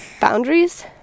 boundaries